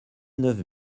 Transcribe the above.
neuf